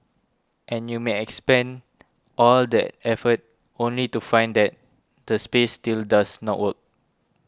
and you may expend all that effort only to find that the space still does not work